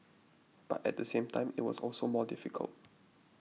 but at the same time it was also more difficult